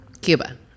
Cuba